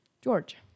George